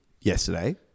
yesterday